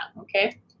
okay